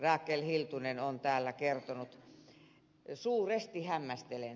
rakel hiltunen on täällä kertonut suuresti hämmästelen